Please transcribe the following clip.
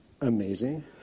Amazing